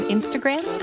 Instagram